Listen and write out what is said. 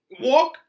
walk